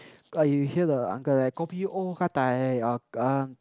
eh you you hear the uncle like kopi o gah-dai or um